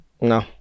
No